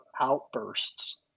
outbursts